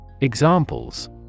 Examples